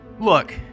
Look